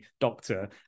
doctor